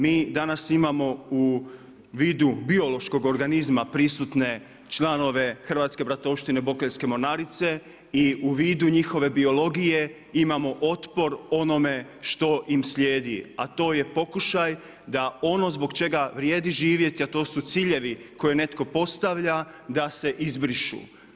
Mi danas imamo u vidu biološkog organizma prisutne članove Hrvatske bratovštine Bokeljske mornarice i u vidu njihove biologije imamo otpor onome što im slijedi, a to je pokušaj da ono zbog čega vrijedi živjeti, a to su ciljevi koje netko postavlja da se izbrišu.